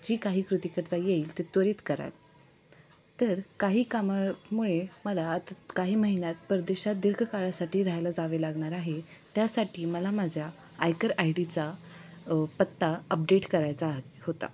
जी काही कृती करता येईल ती त्वरित कराल तर काही कामामुळे मला आतत् काही महिन्यांत परदेशात दीर्घ काळासाठी राहायला जावे लागणार आहे त्यासाठी मला माझ्या आयकर आय डीचा पत्ता अपडेट करायचा आह् होता